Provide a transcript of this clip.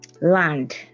land